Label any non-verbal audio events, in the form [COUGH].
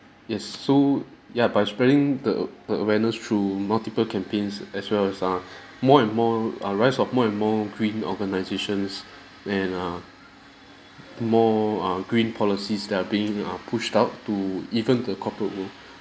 yes so ya by spreading the the awareness through multiple campaigns as well uh [BREATH] more and more err rise of more and more green organisations and err more err green policies that are being uh pushed out to even the corporate world